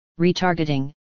retargeting